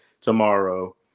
tomorrow